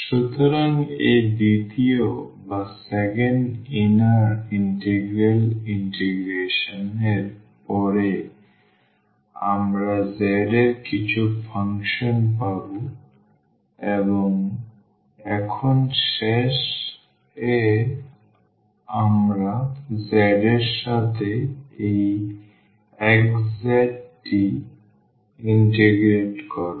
সুতরাং এই দ্বিতীয় অভ্যন্তরীণ ইন্টিগ্রাল ইন্টিগ্রেশন এর পরে আমরা z এর কিছু ফাংশন পাব এবং এখন শেষে আমরা z এর সাথে এই xzটি ইন্টিগ্রেট করব